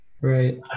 Right